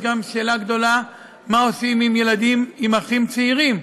יש שאלה גדולה מה עושים עם אחים צעירים,